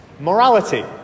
morality